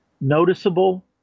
noticeable